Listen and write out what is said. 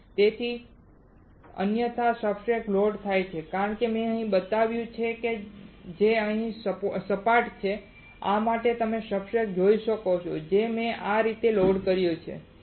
તેથી તેથી જ અન્યથા સબસ્ટ્રેટ્સ લોડ થાય છે કારણ કે મેં અહીં બતાવ્યું છે જે અહીં સપાટ છે આ રીતે તમે સબસ્ટ્રેટ જોઈ શકો છો જે મેં આ રીતે લોડ કર્યું છે